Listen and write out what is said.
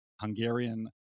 Hungarian